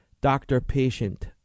doctor-patient